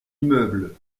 immeuble